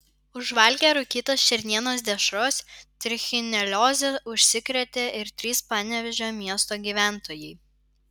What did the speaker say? užvalgę rūkytos šernienos dešros trichinelioze užsikrėtė ir trys panevėžio miesto gyventojai